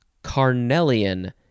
Carnelian